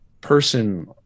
person